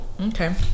Okay